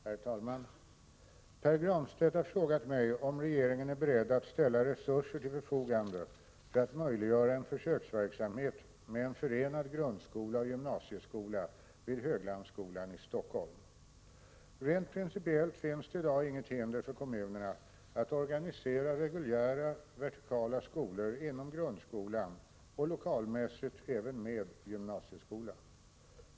Herr talman! Pär Granstedt har frågat mig om regeringen är beredd att ställa resurser till förfogande för att möjliggöra en försöksverksamhet med en förenad grundskola och gymnasieskola vid Höglandsskolan i Stockholm. Rent principiellt finns det i dag inget hinder för kommunerna att organisera reguljära vertikala skolor inom grundskolan och lokalmässigt även med gymnasieskolan.